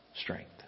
strength